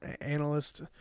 analyst